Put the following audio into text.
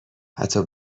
حتی